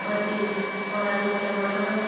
कति पढालेखाबाट